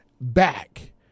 back